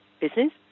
business